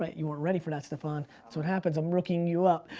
but you weren't ready for that, staphon. that's what happens, i'm rookie-ing you up.